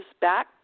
back